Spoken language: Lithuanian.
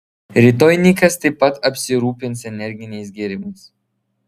rytoj nikas taip pat apsirūpins energiniais gėrimais